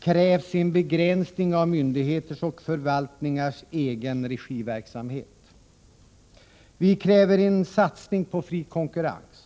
krävs en begränsning av myndigheters och förvaltningars egenregiverksamhet. Vi kräver en satsning på fri konkurrens.